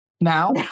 now